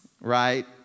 right